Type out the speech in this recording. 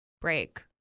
break